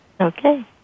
Okay